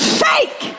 fake